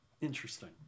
Interesting